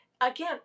Again